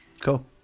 Cool